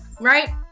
right